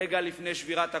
רגע לפני שבירת הכוס,